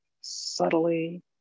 subtly